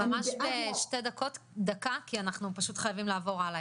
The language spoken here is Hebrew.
ממש בדקה כי אנחנו חייבים לעבור הלאה,